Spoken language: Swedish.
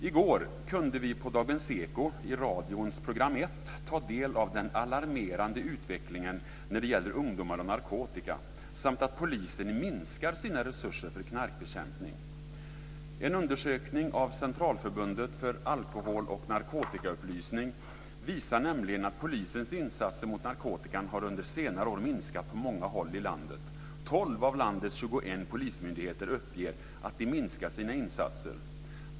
I går kunde vi i Dagens Eko i radions P1 ta del av den alarmerande utvecklingen när det gäller ungdomar och narkotika samt att polisen minskar sina resurser för knarkbekämpning. En undersökning av Centralförbundet för alkoholoch narkotikaupplysning visar nämligen att polisens insatser mot narkotikan under senare år har minskat på många håll i landet. 12 av landets 21 polismyndigheter uppger att de minskar sina insatser.